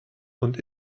und